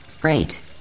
Great